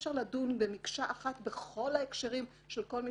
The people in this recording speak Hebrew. אי-אפשר לדון במקשה אחת בכל ההקשרים של כל מי